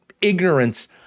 ignorance